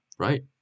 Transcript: right